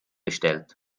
bestellt